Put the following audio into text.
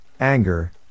anger